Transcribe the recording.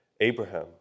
Abraham